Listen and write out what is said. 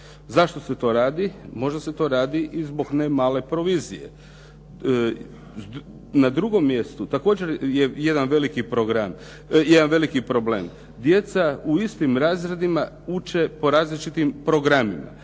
Zašto se to radi? Možda se to radi i zbog ne male provizije. Na drugom mjestu također je jedan veliki problem. Djeca u istim razredima uče po različitim programima.